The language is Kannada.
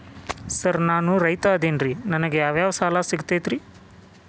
ಸರ್ ನಾನು ರೈತ ಅದೆನ್ರಿ ನನಗ ಯಾವ್ ಯಾವ್ ಸಾಲಾ ಸಿಗ್ತೈತ್ರಿ?